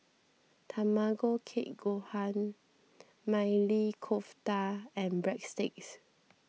Tamago Kake Gohan Maili Kofta and Breadsticks